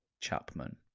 Chapman